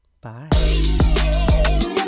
Bye